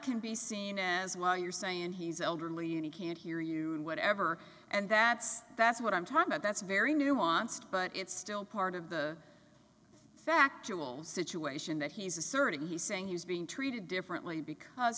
can be seen as well you're saying he's elderly you can't hear you and whatever and that's that's what i'm talking about that's very nuanced but it's still part of the factor will situation that he's asserting he's saying he's being treated differently because